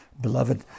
beloved